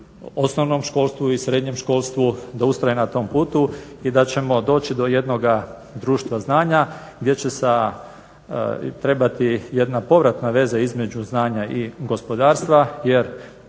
osnovnom školstvu i srednjem školstvu da ustraje na tom putu i da ćemo doći do jednoga društva znanja gdje će trebati jedna povratna veza između znanja i gospodarstva jer